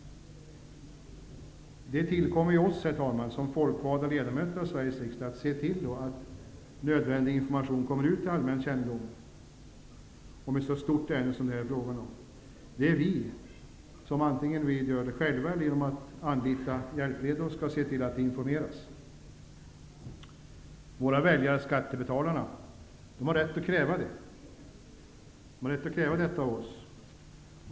Det tillkommer ju oss, herr talman, som folkvalda ledamöter av Sveriges riksdag att se till att nödvändig information om ett så stort ärende som det här är fråga om kommer till allmän kännedom. Det är vi som skall se till att det informeras, antingen genom att göra det själva eller anlita hjälpredor. Våra väljare, skattebetalarna, har rätt att kräva detta av oss.